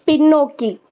பின்னோக்கி